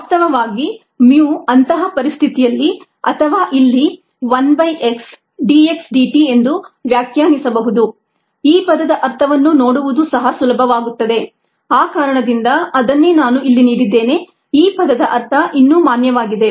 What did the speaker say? ವಾಸ್ತವವಾಗಿ mu ಅಂತಹ ಪರಿಸ್ಥಿತಿಯಲ್ಲಿ ಅಥವಾ ಇಲ್ಲಿ 1 by x d x dt ಎಂದು ವ್ಯಾಖ್ಯಾನಿಸಬಹುದು ಈ ಪದದ ಅರ್ಥವನ್ನು ನೋಡುವುದು ಸಹ ಸುಲಭವಾಗುತ್ತದೆ ಆ ಕಾರಣದಿಂದ ಅದನ್ನೇ ನಾನು ಇಲ್ಲಿ ನೀಡಿದ್ದೇನೆ ಈ ಪದದ ಅರ್ಥ ಇನ್ನೂ ಮಾನ್ಯವಾಗಿದೆ